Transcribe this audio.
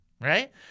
right